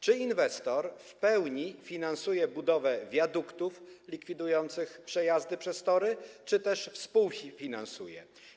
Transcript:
Czy inwestor w pełni finansuje budowę wiaduktów likwidujących przejazdy przez tory, czy też ją współfinansuje?